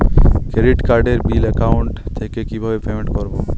Credit কার্ডের bill account থেকে কিভাবে পেমেন্ট করবো?